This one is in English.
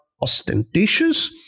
ostentatious